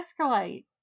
escalate